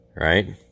Right